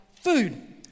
food